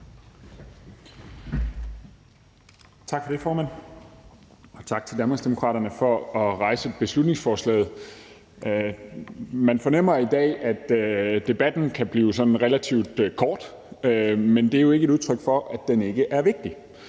Tak for det, formand, og tak til Danmarksdemokraterne for at have fremsat beslutningsforslaget. Man fornemmer i dag, at debatten kan blive sådan relativt kort, men det er jo ikke et udtryk for, at den ikke er vigtig.